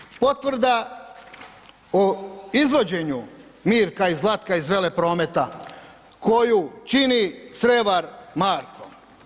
Dakle, potvrda o izvođenju Mirka i Zlatka iz Veleprometa koju čini Crevar Marko.